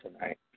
tonight